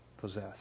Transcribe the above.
possess